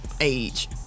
age